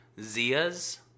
Zia's